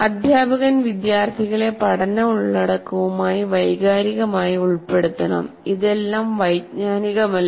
അദ്ധ്യാപകൻ വിദ്യാർത്ഥികളെ പഠന ഉള്ളടക്കവുമായി വൈകാരികമായി ഉൾപ്പെടുത്തണം ഇതെല്ലാം വൈജ്ഞാനികമല്ല